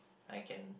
I can